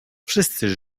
wszyscy